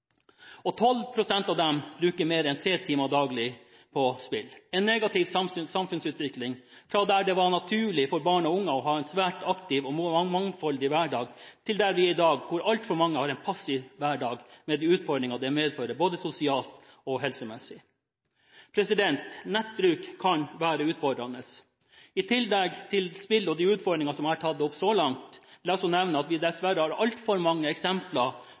av disse bruker mer enn tre timer daglig på spill. Dette er en negativ samfunnsutvikling: fra en situasjon der det før var naturlig for barn og unge å ha en svært aktiv og mangfoldig hverdag, til der vi er i dag, hvor altfor mange har en passiv hverdag, med de utfordringer det medfører både sosialt og helsemessig. Nettbruk kan være utfordrende. I tillegg til spill og de utfordringene som jeg har tatt opp så langt, vil jeg også nevne at vi dessverre har altfor mange eksempler